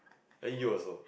and you also